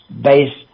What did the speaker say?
based